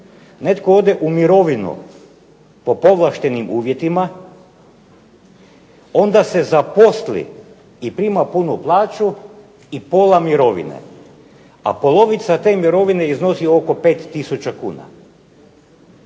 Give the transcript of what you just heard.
netko ode u mirovinu po povlaštenim uvjetima, onda se zaposli i prima punu plaću i pola mirovine, a polovica te mirovine iznosi oko 5000 kuna.